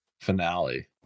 finale